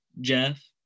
Jeff